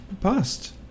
past